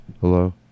hello